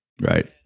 Right